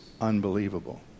unbelievable